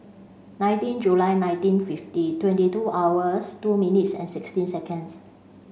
nineteen July nineteen fifty twenty two hours two minutes and sixteen seconds